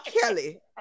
Kelly